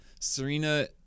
serena